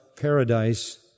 paradise